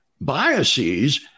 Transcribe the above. biases